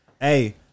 Hey